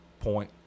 point